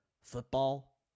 Football